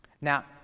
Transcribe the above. Now